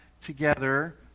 together